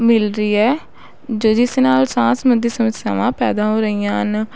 ਮਿਲ ਰਹੀ ਹੈ ਜ ਜਿਸ ਨਾਲ ਸਾਹ ਸੰਬੰਧੀ ਸਮੱਸਿਆਵਾਂ ਪੈਦਾ ਹੋ ਰਹੀਆਂ ਹਨ